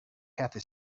had